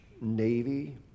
Navy